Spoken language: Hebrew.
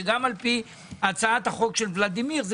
שגם על פי הצעת החוק של ולדימיר בליאק